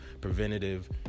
preventative